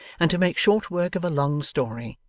and to make short work of a long story,